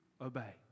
obey